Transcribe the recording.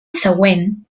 següent